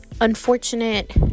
unfortunate